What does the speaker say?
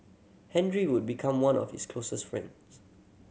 Henry would become one of his closest friends